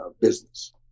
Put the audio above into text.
business